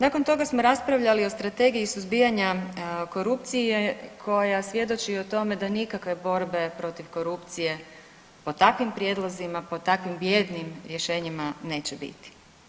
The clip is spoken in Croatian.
Nakon toga smo raspravljali o Strategiji suzbijanja korupcije koja svjedoči o tome da nikakve borbe protiv korupcije po takvim prijedlozima, po takvim bijednim rješenjima neće biti.